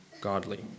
godly